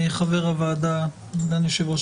חבר הוועדה, סגן יושב-ראש